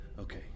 Okay